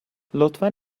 لطفا